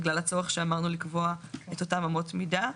בגלל הצורך שאמרנו לקבוע את אותן אמות מידה.